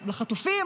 לחטופים,